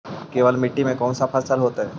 केवल मिट्टी में कौन से फसल होतै?